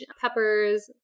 peppers